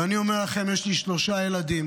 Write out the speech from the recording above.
ואני אומר לכם, יש לי שלושה ילדים.